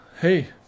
hey